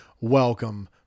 Welcome